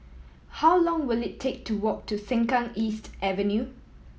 how long will it take to walk to Sengkang East Avenue